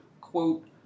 quote